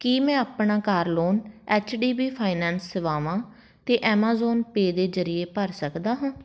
ਕੀ ਮੈਂ ਆਪਣਾ car loan H D B finance ਸੇਵਾਵਾਂ ਅਤੇ ਐਮਾਜ਼ੋਨ ਪੇ ਦੇ ਜ਼ਰੀਏ ਭਰ ਸਕਦਾ ਹਾਂ